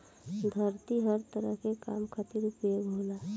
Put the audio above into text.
धरती हर तरह के काम खातिर उपयोग होला